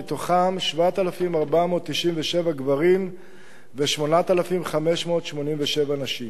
מתוכם 7,497 גברים ו-8,587 נשים.